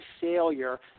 failure